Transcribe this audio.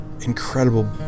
incredible